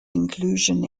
inclusion